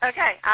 Okay